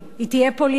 היא תהיה פוליטית.